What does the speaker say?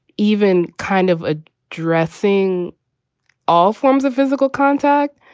even kind of a dressing all forms of physical contact.